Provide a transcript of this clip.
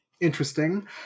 interesting